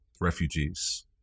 refugees